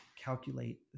calculate